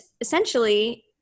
essentially